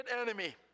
enemy